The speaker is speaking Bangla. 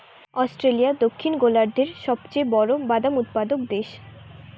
অস্ট্রেলিয়া দক্ষিণ গোলার্ধের সবচেয়ে বড় বাদাম উৎপাদক দেশ